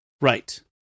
Right